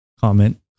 Comment